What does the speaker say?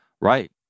Right